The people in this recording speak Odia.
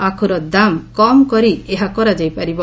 ଆଖୁର ଦାମ୍ କମ୍ କରି ଏହା କରାଯାଇପାରିବ